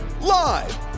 Live